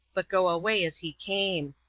but go away as he came.